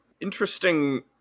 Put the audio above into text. interesting